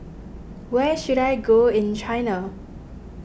where should I go in China